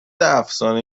افسانه